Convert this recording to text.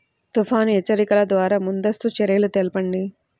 తుఫాను హెచ్చరికల ద్వార ముందస్తు చర్యలు తెలపండి?